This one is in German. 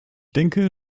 denke